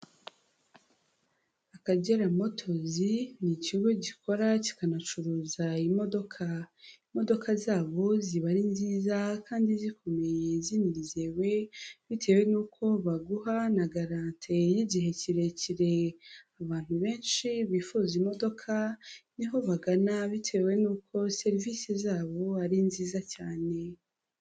Akagera motors, ni ikigo gikora kikanacuruza imodoka, imodoka zabo ziba ari nziza, kandi zikomeye zinizewe, bitewe nuko baguha na garante y'igihe kirekire, abantu benshi bifuza imodoka, niho bagana bitewe n'uko serivisi zabo ari nziza cyane.